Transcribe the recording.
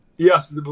Yes